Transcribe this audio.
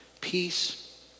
peace